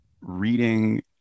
reading